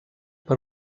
per